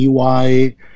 EY